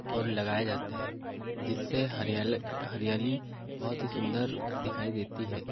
और लगाए जाते हैं जिससे हरयाले हरयाली बहुत ही सुंदर दिखाई देती है